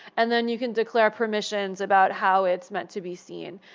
and then you can declare permissions about how it's meant to be seen.